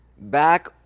back